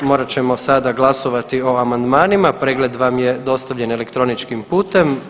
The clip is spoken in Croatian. Morat ćemo sada glasovati o amandmanima, pregled vam je dostavljen elektroničkim putem.